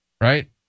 Right